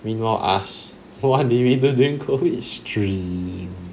meanwhile us what did we do during COVID is stream